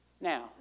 Now